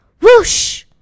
whoosh